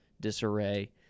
disarray